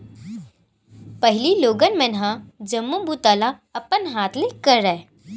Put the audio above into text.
पहिली लोगन मन ह जम्मो बूता ल अपन हाथ ले करय